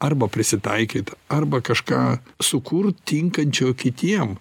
arba prisitaikyt arba kažką sukurt tinkančio kitiem